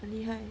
很厉害